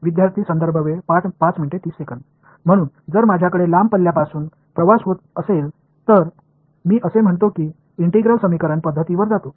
विद्यार्थीः म्हणून जर माझ्याकडे लांब पल्ल्यांपासून प्रसार होत असेल तर मी असे म्हणतो की इंटिग्रल समीकरण पद्धतींवर जातो